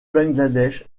bangladesh